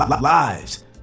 lives